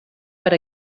per